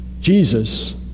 Jesus